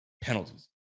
penalties